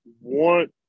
want